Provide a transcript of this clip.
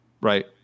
right